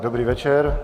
Dobrý večer.